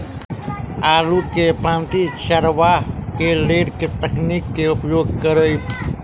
आलु केँ पांति चरावह केँ लेल केँ तकनीक केँ उपयोग करऽ?